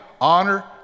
honor